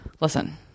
listen